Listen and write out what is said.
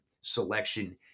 selection